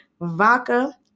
vodka